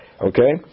okay